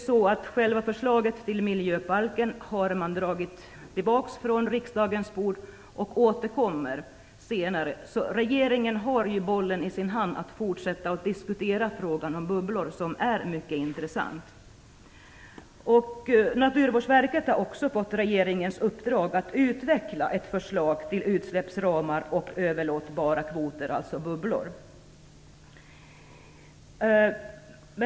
Själva förslaget till miljöbalk har dragits tillbaka från riksdagens bord, och det återkommer senare. Regeringen har nu bollen och får fortsätta att diskutera bubblor, som är mycket intressanta. Naturvårdsverket har också fått regeringens uppdrag att utveckla ett förslag till utsläppsramar och överlåtbara kvoter, dvs. bubblor.